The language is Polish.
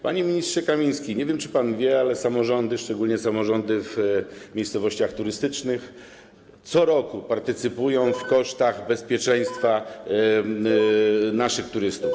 Panie ministrze Kamiński, nie wiem, czy pan wie, ale samorządy, szczególnie samorządy w miejscowościach turystycznych, co roku partycypują w kosztach bezpieczeństwa naszych turystów.